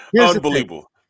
unbelievable